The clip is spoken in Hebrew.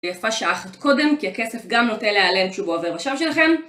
יפה שעה אחת קודם כי הכסף גם נוטה להיעלם כשהוא בעובר ושב שלכם